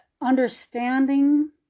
understanding